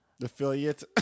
affiliate